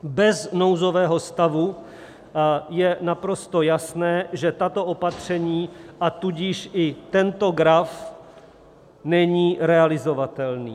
Bez nouzového stavu je naprosto jasné, že tato opatření, a tudíž i tento graf , není realizovatelný.